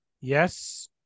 yes